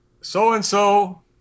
so-and-so